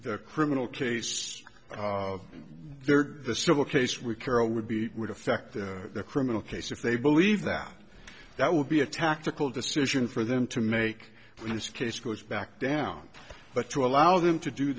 the criminal case of their the civil case we carol would be would affect their criminal case if they believe that that would be a tactical decision for them to make this case goes back down but to allow them to do